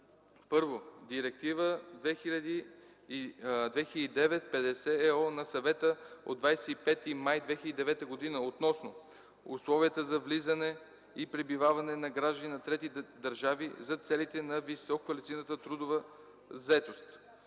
на: 1. Директива 2009/50/ЕО на Съвета от 25 май 2009 г. относно условията за влизане и пребиваване на граждани на трети държави за целите на висококвалифицирана трудова заетост